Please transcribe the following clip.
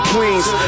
Queens